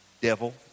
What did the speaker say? devil